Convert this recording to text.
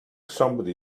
somebody